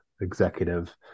executive